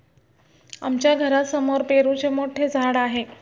आमच्या घरासमोर पेरूचे मोठे झाड आहे